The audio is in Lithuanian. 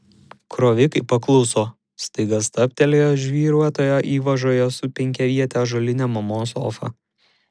krovikai pakluso staiga stabtelėjo žvyruotoje įvažoje su penkiaviete ąžuoline mamos sofa